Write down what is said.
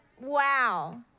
Wow